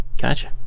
Gotcha